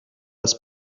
است